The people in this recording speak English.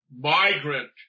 migrant